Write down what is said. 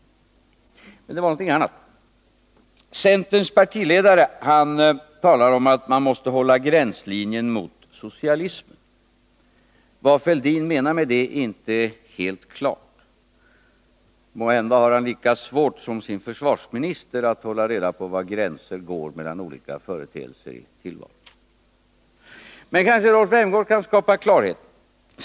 Centerns partiledare talar om att man måste hålla gränslinjen mot socialismen. Vad Thorbjörn Fälldin menar med det är inte helt klart. Måhända har han lika svårt som sin försvarsminister att hålla reda på var gränser går mellan olika företeelser i tillvaron. Men kanske Rolf Rämgård kan skapa klarhet.